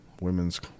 women's